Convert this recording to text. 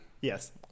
Yes